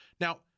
Now